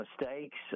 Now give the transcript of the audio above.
mistakes